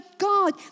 God